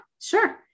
sure